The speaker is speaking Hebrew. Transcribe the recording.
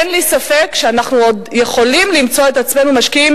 אין לי ספק שאנחנו עוד יכולים למצוא את עצמנו משקיעים